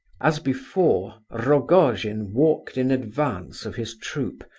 as before, ah rogojin walked in advance of his troop,